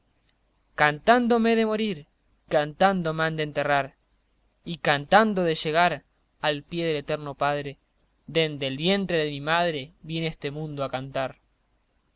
he de morir cantando me han de enterrar y cantando he de llegar al pie del eterno padre dende el vientre de mi madre vine a este mundo a cantar